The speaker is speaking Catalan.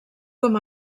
com